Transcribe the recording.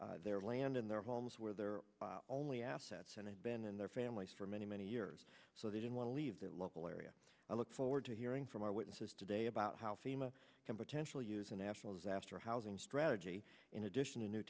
their land and their homes where their only assets and they've been in their families for many many years so they don't want to leave their local area i look forward to hearing from our witnesses today about how fema can potentially use a national disaster housing strategy in addition to new